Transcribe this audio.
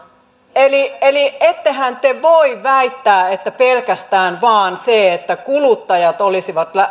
eli eli ettehän te voi väittää että pelkästään vain sen takia että kuluttajat olisivat